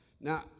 Now